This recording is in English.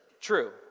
true